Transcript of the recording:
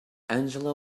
angela